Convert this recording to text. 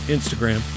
Instagram